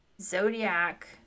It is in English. Zodiac